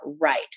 right